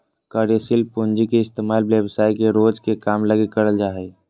कार्यशील पूँजी के इस्तेमाल व्यवसाय के रोज के काम लगी करल जा हय